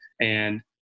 And-